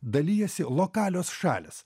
dalijasi lokalios šalys